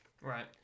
Right